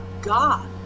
God